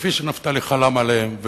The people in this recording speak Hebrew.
כפי שנפתלי חלם עליהם,